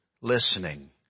listening